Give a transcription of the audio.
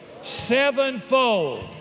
Sevenfold